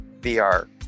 VR